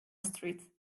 street